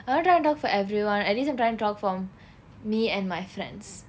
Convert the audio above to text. I'm not trying to talk for everyone at least I'm tryin to talk for me and my friends